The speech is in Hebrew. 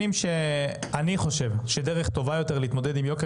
ואני חושב שדרך טובה יותר להתמודד עם יוקר